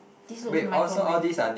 this looks microwaved